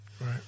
right